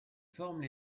forment